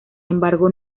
embargo